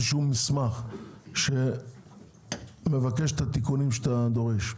שהוא מסמך שמבקש את התיקונים שאתה דורש,